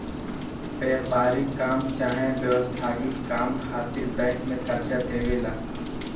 व्यापारिक काम चाहे व्यक्तिगत काम खातिर बैंक जे कर्जा देवे ला